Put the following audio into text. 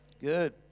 Good